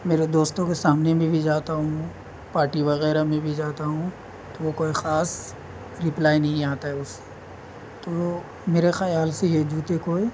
میرے دوستوں کے سامنے میں بھی جاتا ہوں پارٹی وغیرہ میں بھی جاتا ہوں تو وہ کوئی خاص رپلائی نہیں آتا ہے اس تو میرے خیال سے یہ جوتے کوئی